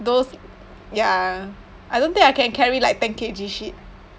those ya I don't think I can carry like ten K_G shit